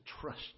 trust